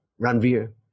Ranveer